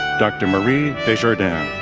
dr. marie desjardins,